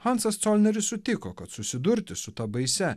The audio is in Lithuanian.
hansas colneris sutiko kad susidurti su ta baisia